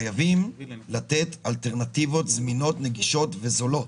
חייבים לתת אלטרנטיבות זמינות, נגישות וזולות,